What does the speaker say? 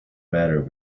matter